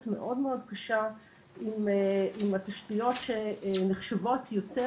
מאוד קשה עם התשתיות שנחשבות יותר,